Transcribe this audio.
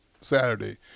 Saturday